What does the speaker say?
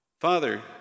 Father